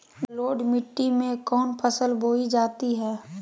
जलोढ़ मिट्टी में कौन फसल बोई जाती हैं?